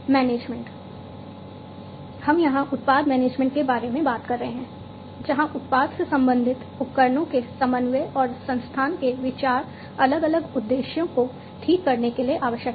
management हम यहां उत्पाद मैनेजमेंट के बारे में बात कर रहे हैं जहां उत्पाद से संबंधित उपकरणों के समन्वय और संस्थान के विचार अलग अलग उद्देश्यों को ठीक करने के लिए आवश्यक हैं